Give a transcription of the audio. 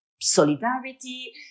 solidarity